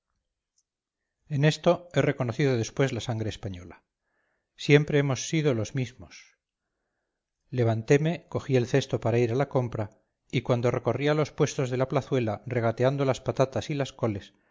en esto he reconocido después la sangre española siempre hemos sido los mismos levanteme cogí el cesto para ir a la compra y cuando recorría los puestos de la plazuela regateando las patatas y las coles